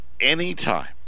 anytime